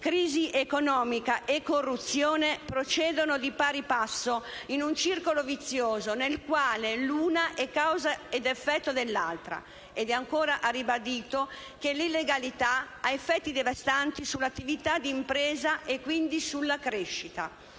«crisi economica e corruzione procedono di pari passo, in un circolo vizioso nel quale l'una è causa ed effetto dell'altra», e ancora ha ribadito che: «l'illegalità ha effetti devastanti sull'attività d'impresa e quindi sulla crescita».